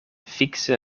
fikse